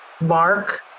mark